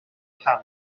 canu